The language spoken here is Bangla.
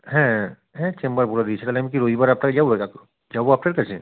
হ্যাঁ হ্যাঁ চেম্বার বলে দিয়েছি তাহলে আমি কি রবিবারে আপনার যাব যাব আপনার কাছে